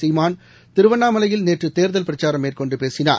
சீமான் திருவண்ணாமலையில் நாம் நேற்றுதேர்தல் பிரச்சாரம் மேற்கொண்டுபேசினார்